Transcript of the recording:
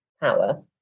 power